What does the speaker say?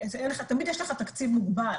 תמיד יש לך תקציב מוגבל.